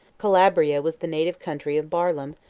calabria was the native country of barlaam,